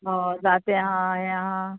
हय जातें आहा हें आहा